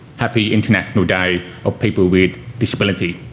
happy international day of people with disability.